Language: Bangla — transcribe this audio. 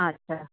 আচ্ছা